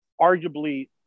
arguably